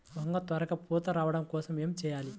వంగ త్వరగా పూత రావడం కోసం ఏమి చెయ్యాలి?